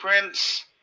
Prince